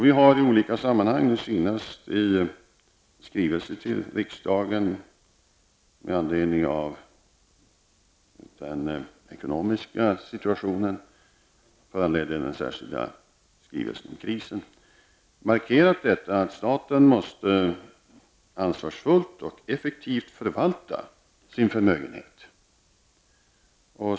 Vi har i olika sammanhang, senast i skrivelse till riksdagen med anledning av den ekonomiska situationen, föranledd av den särskilda skrivelsen om krisen, markerat att staten ansvarsfullt och effektivt måste förvalta sin förmögenhet.